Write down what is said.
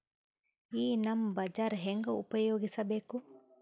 ಈ ನಮ್ ಬಜಾರ ಹೆಂಗ ಉಪಯೋಗಿಸಬೇಕು?